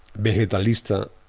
vegetalista